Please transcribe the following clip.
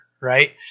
right